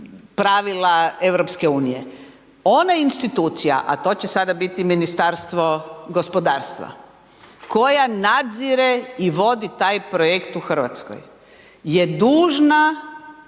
pravila EU. Ona institucija, a to će sada biti Ministarstvo gospodarstva koja nadzire i vodi taj projekt u Hrvatskoj je dužna